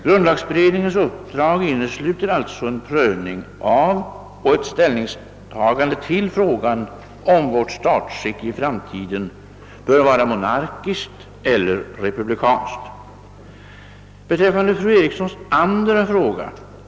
Grundlagberedningens uppdrag innesluter alltså en prövning av och ett ställningstagande till frågan, om vårt statsskick i framtiden bör vara monarkiskt eller republikanskt.